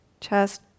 chest